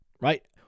Right